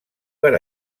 per